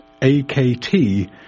AKT